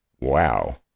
wow